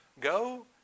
go